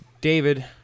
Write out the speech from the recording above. David